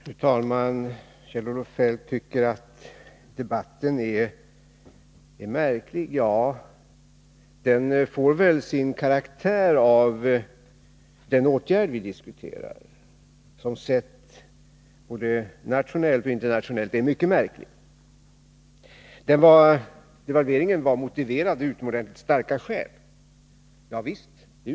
Fru talman! Kjell-Olof Feldt tycker att debatten är märklig. Ja, den får väl sin karaktär av den åtgärd vi diskuterar, som både nationellt och internationellt sett är mycket märklig. Devalveringen var motiverad, och det fanns utomordentligt starka skäl för att genomföra den, sade Kjell-Olof Feldt.